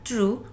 True